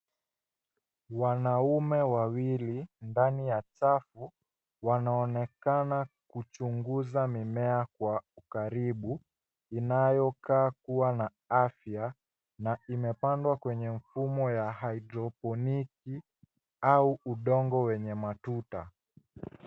Wanaume wawili ndani ya chafu wanaonekana kuchunguza mimea kwa ukaribu inayokaa kuwa na afya na imepandwa kwenye mfumo ya hydroponic au udongo wenye matuta.